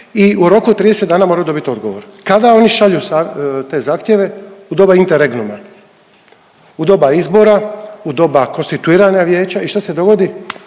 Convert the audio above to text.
i roku od 30 dana moraju dobit odgovor. Kada oni šalju te zahtjeve? U doba interregnuma, u doba izbora, u doba konstituiranja vijeća i šta se dogodi.